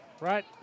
right